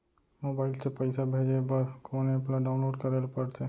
Mobile से पइसा भेजे बर कोन एप ल डाऊनलोड करे ला पड़थे?